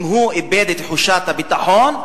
אם הוא איבד את תחושת הביטחון,